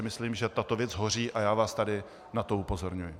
Myslím si, že tato věc hoří, a já vás tady na to upozorňuji.